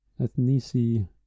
Ethnici